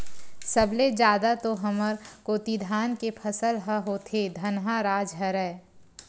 सब ले जादा तो हमर कोती धाने के फसल ह होथे धनहा राज हरय